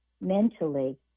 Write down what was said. mentally